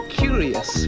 curious